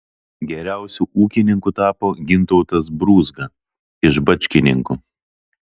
geriausiu ūkininku tapo gintaras brūzga iš bačkininkų